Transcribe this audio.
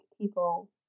people